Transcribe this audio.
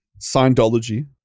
Scientology